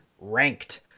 ranked